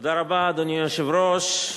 אדוני היושב-ראש,